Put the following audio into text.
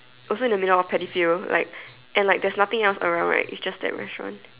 also in the middle of the paddy field like and like there is nothing else around right it's just that restaurant